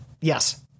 Yes